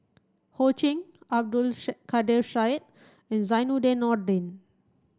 Ho Ching Abdul Kadir Syed and Zainudin Nordin